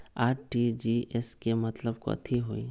RTGS के मतलब कथी होइ?